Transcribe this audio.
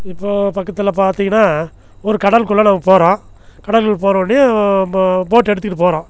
இப்போது பக்கத்தில் பார்த்திங்கன்னா ஒரு கடல்குள்ளே நம்ம போகிறோம் கடலுக்கு போனவுடனே போட்டை எடுத்துகிட்டு போகிறோம்